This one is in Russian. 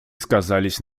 сказались